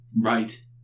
right